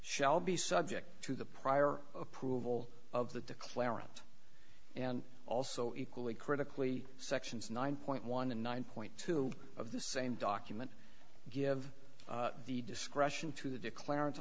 shall be subject to the prior approval of the declarant and also equally critically sections nine point one and nine point two of the same document give the discretion to the declar